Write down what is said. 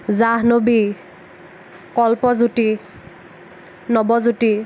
Jahnavi Kalpajyoti Nabajyoti